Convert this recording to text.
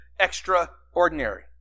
extraordinary